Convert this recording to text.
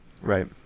right